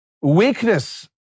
weakness